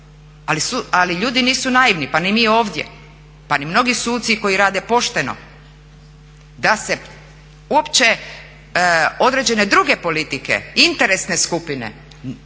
ali ljudi nisu naivni pa ni mi ovdje, pa ni mnogi suci koji rade pošteno da se uopće određene druge politike, interesne skupine